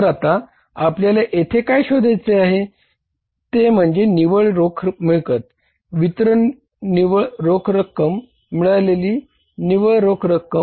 तर आता आपल्याला येथे काय शोधायचे आहे ते म्हणजे निव्वळ रोख मिळकत वितरण निव्वळ रोख रक्कम मिळालेली निव्वळ रोख रक्कम